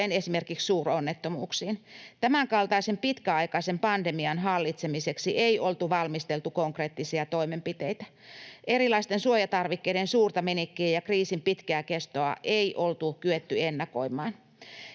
esimerkiksi suuronnettomuuksiin. Tämänkaltaisen pitkäaikaisen pandemian hallitsemiseksi ei oltu valmisteltu konkreettisia toimenpiteitä. Erilaisten suojatarvikkeiden suurta menekkiä ja kriisin pitkää kestoa ei oltu kyetty ennakoimaan.